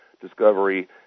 discovery